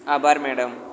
આભાર મેડમ